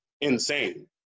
insane